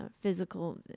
physical